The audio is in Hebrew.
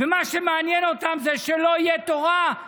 ומה שמעניין אותם זה שלא תהיה תורה.